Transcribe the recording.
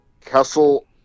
Kessel –